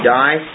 die